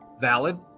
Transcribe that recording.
Valid